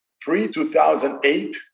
pre-2008